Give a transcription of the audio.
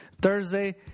Thursday